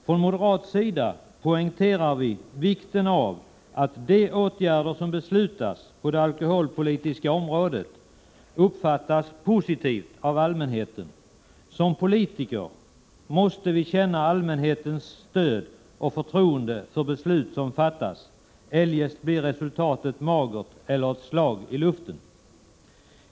Från moderat sida poängterar vi vikten av att de åtgärder som beslutas på det alkoholpolitiska området uppfattas positivt av allmänheten. Som politiker måste vi känna allmänhetens stöd och förtroende för beslut som fattas. Eljest blir resultatet magert eller ett slag i luften.